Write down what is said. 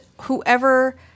whoever